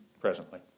presently